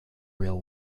real